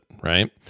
Right